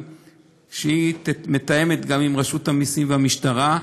שהיא בתיאום גם עם רשות המסים והמשטרה,